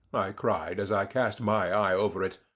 i cried, as i cast my eye over it,